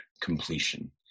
completion